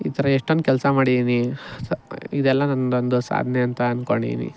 ಈ ಥರ ಎಷ್ಟೊಂದು ಕೆಲಸ ಮಾಡಿದೀನಿ ಸ್ ಇದೆಲ್ಲ ನಂದೊಂದು ಸಾಧ್ನೆ ಅಂತ ಅನ್ಕೊಂಡಿದೀನಿ